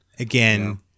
Again